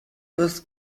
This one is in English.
was